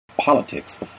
Politics